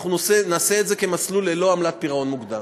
אנחנו נעשה את זה כמסלול ללא עמלת פירעון מוקדם,